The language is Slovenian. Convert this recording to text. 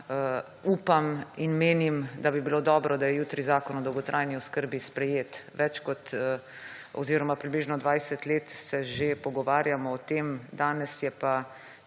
upam in menim, da bi bilo dobro, da je jutri Zakon o dolgotrajni oskrbi sprejet. Več kot oziroma 20 let se že pogovarjamo o tem, danes je pa